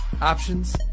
options